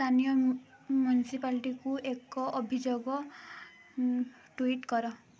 ସ୍ଥାନୀୟ ମ୍ୟୁନିସିପାଲିଟିକୁ ଏକ ଅଭିଯୋଗ ଟୁଇଟ୍ କର